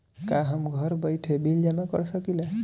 का हम घर बइठे बिल जमा कर शकिला?